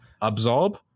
absorb